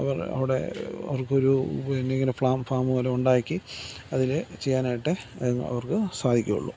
അവിടെ അവർക്കൊരു ഇങ്ങനെ ഫാം പോലെ ഉണ്ടാക്കി അതിൽ ചെയ്യാനായിട്ടേ അവർക്കു സാധിക്കുകയുള്ളു